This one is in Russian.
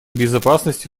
безопасности